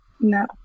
no